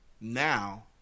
now